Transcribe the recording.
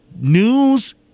news